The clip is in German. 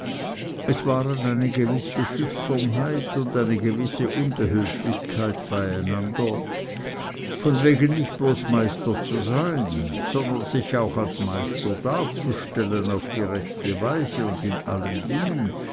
es waren eine gewisse schüchternheit und eine gewisse unbehülflichkeit bei einander von wegen nicht bloß meister zu sein sondern sich auch als meister darzustellen auf die rechte weise und in allen dingen